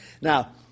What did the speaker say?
Now